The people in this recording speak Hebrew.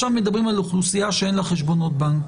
שמי רונן ניסים מהלשכה המשפטית, בנק